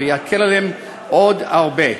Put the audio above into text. וזה יקל עליהם עוד הרבה.